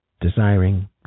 desiring